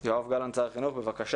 שר החינוך יואב גלנט, בבקשה.